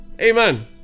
Amen